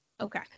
Okay